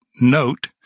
note